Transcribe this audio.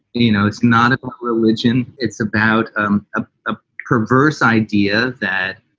you know, it's not about religion. it's about um ah a perverse idea that